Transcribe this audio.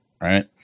right